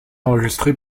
enregistré